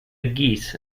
geese